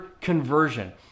conversion